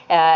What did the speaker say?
enää